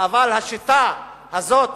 אבל השיטה הזאת